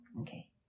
Okay